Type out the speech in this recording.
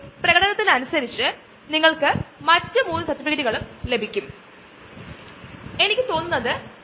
ഈ ആശയങ്ങൾ പതിറ്റാണ്ടുകളായി ആരംഭിച്ചു ഒരുപക്ഷേ ഒന്നര പതിറ്റാണ്ട് മുമ്പ് അല്ലെങ്കിൽ കൂടുതൽ മുമ്പ് പിന്നീട് അവ ഫലപ്രാപ്തിയിലെത്തിയത് ഒരുപക്ഷേ കുറച്ച് വർഷങ്ങൾക്ക് മുമ്പാണ്